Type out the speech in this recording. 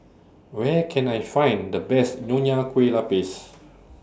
Where Can I Find The Best Nonya Kueh Lapis